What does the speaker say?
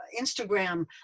Instagram